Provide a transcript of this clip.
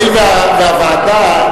הואיל והוועדה,